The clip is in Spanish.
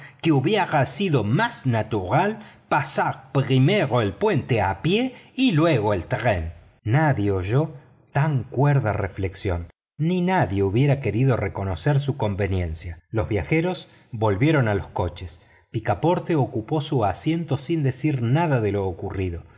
que hubiera sido más natural pasar primero el puente a pie y luego el tren nadie oyó tan cuerda reflexión ni nadie hubiera querido reconocer su conveniencia los viajeros volvieron a los coches picaporte ocupó su asiento sin decir nada de lo ocurrido